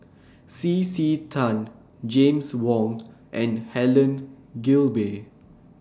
C C Tan James Wong and Helen Gilbey